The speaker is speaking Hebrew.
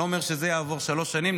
אני לא אומר שזה ייקח שלוש שנים,